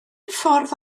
ffordd